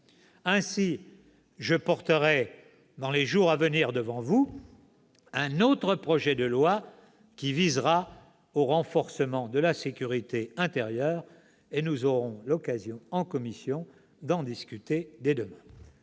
Ainsi, je porterai dans les jours à venir devant vous un autre projet de loi qui visera au renforcement de la sécurité intérieure. Nous aurons dès demain l'occasion d'en discuter en